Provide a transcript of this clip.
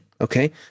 okay